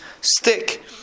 stick